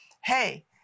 Hey